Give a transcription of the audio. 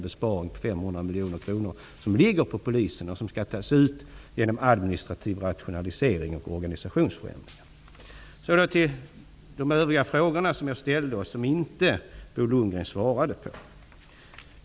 Besparingen om 500 miljoner kronor har inte ett dugg med satsningen på bekämpning av ekonomisk brottslighet att göra. De övriga frågor som jag ställde svarade inte Bo Lundgren på.